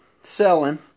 selling